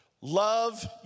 love